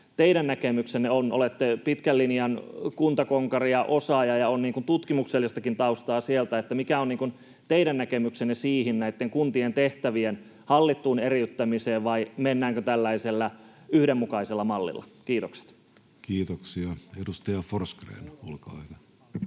teidän näkemyksenne on? Kun olette pitkän linjan kuntakonkari ja ‑osaaja ja on tutkimuksellistakin taustaa sieltä, niin mikä on teidän näkemyksenne kuntien tehtävien hallittuun eriyttämiseen, vai mennäänkö tällaisella yhdenmukaisella mallilla? — Kiitokset. Kiitoksia. — Edustaja Forsgrén, olkaa hyvä.